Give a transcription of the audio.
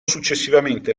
successivamente